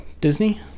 Disney